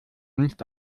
nicht